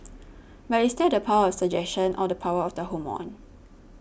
but is that the power of suggestion or the power of the hormone